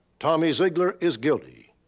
tommy zeitler is guilty.